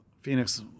Phoenix